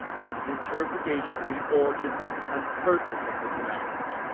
and his interpretation of the origin and purpose of the canals